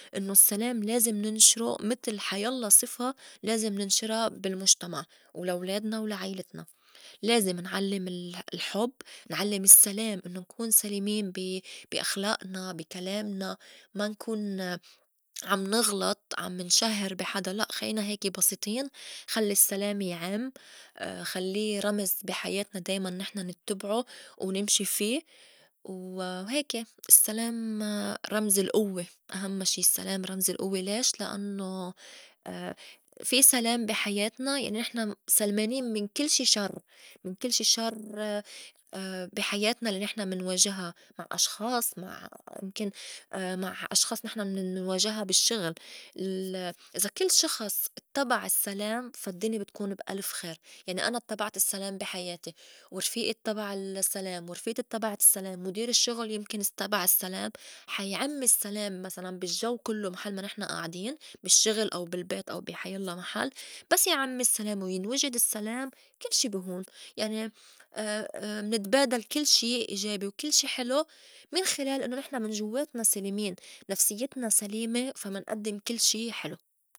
إنّو السّلام لازم ننشرو متل حيلّا صِفة لازم ننشرا بالمُجتمع ولا ولادنا ولا عيلتنا لازم نعلّم ال- الحُب، نعلّم السّلام إنّو نكون سليمين بي بأخلائنا، بي كلامنا، ما نكون عم نغلط عم نشهّر بي حدا لأ خلّينا هيكة بسيطين، خلّي السّلام يعم خلّي رمز بي حياتنا دايماً نحن نتّبعو ونمشي في و وهيكي السّلام رمز القوّة أهمّا شي السّلام رمز القوّة ليش؟ لأنّو في سلام بي حياتنا يعني نحن سلمانين من- كل- شي- شر- من كل شي شر بي حياتنا الّي نحن منواجها مع أشخاص مع يمكن مع أشخاص نحن مننواجها بالشّغل ال- إذا كل شخص اتّبع السّلام فا الدّني بتكون بألف خير يعني أنا اتّبعت السّلام بي حياتي، ورفيئي اتّبع السّلام، ورفيئتي اتّبعت السّلام، مُدير الشّغُل يمكن اتّبع السّلام حا يعم السّلام مسلاً بالجّو كلّو محل ما نحن آعدين، بالشّغل أو بالبيت أو بي حيلّا محل، بس يعم السّلام وينوجد السّلام كل شي بيهون يعني منتبادل كل شي إيجابي وكل شي حلو من خِلال إنّو نحن من جوّاتنا سليمين نفسيّتنا سليمة، فا منئدّم كل شي حلو.